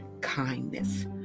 kindness